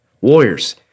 Warriors